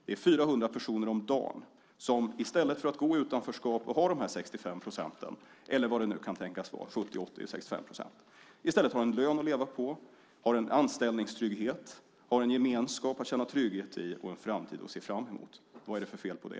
Det är 400 personer om dagen som i stället för att gå i utanförskap och ha 65 procent i ersättning - eller var det nu kan tänkas vara, 80, 70 eller 65 procent - har en lön att leva på. De har en anställningstrygghet, en gemenskap att känna trygghet i och en framtid att se fram emot. Vad är det för fel på det?